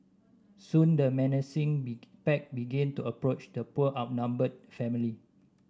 soon the menacing pack began to approach the poor outnumbered family